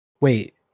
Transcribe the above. Wait